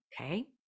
okay